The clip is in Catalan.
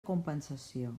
compensació